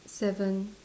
seven